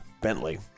Bentley